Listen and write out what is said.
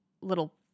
little